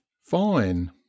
fine